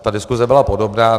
Ta diskuse byla podobná.